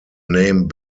name